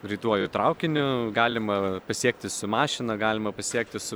greituoju traukiniu galima pasiekti su mašina galima pasiekti su